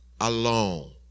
alone